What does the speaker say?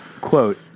Quote